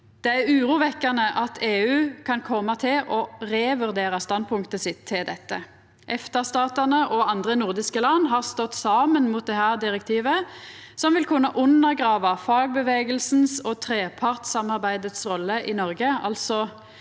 Det er urovekkjande at EU kan koma til å revurdera standpunktet sitt til dette. EFTA-statane og andre nordiske land har stått saman mot dette direktivet, som vil kunna undergrava fagbevegelsen og trepartssamarbeidet si rolle i Noreg, altså